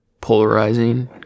polarizing